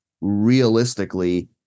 realistically